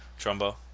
Trumbo